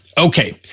Okay